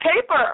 paper